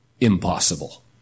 Impossible